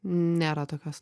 nėra tokios